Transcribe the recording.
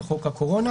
של חוק הקורונה.